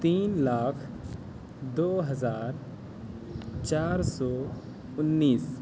تین لاکھ دو ہزار چار سو انیس